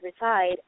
reside